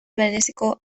bereziko